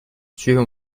suivez